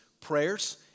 prayers